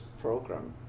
program